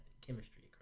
chemistry